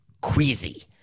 queasy